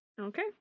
Okay